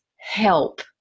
help